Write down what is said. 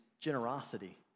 generosity